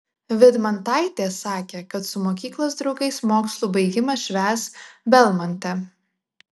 vydmantaitė sakė kad su mokyklos draugais mokslų baigimą švęs belmonte